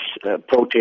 protest